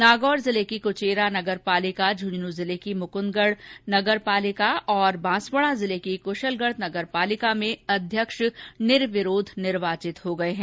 नागौर जिले की कुचेरा नगर पालिका झुंझन्र जिले की मुकूंदगढ़ नगर पालिका तााा बांसवाड़ा जिले की कूशलगढ़ नगर पालिका में अध्यक्ष निर्विरोध निर्वाचित हो गये हैं